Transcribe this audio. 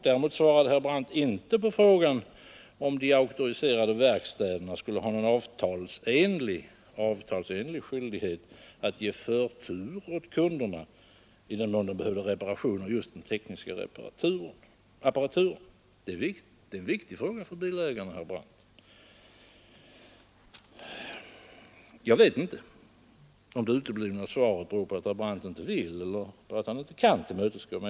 Däremot svarade herr Brandt inte på frågan om de auktoriserade verkstäderna skulle ha någon avtalsenlig skyldighet att ge förtur åt kunderna i den mån de behöver reparationer av just den tekniska apparaturen. Det är en viktig fråga för bilägarna, herr Brandt. Jag vet inte om svarets uteblivande beror på att herr Brandt inte vill eller om det beror på att han inte kan tillmötesgå mig.